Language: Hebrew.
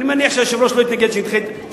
אני מניח שהיושב-ראש לא יתנגד שאני